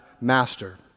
master